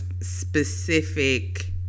specific